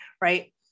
right